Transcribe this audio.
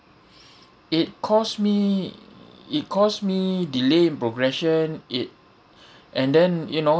it costs me it costs me delay in progression it and then you know